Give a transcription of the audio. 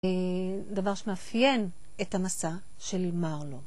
דבר שמאפיין את המסע של מרלו.